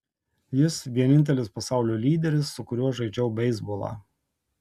jis vienintelis pasaulio lyderis su kuriuo žaidžiau beisbolą